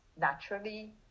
naturally